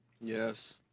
Yes